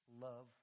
love